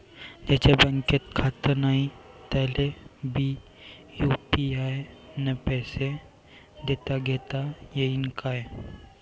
ज्याईचं बँकेत खातं नाय त्याईले बी यू.पी.आय न पैसे देताघेता येईन काय?